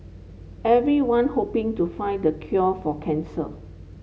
everyone hoping to find the cure for cancer